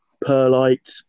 perlite